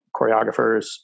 choreographers